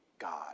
God